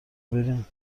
برین